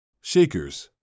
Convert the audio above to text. Shakers